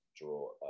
draw